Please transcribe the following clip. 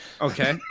Okay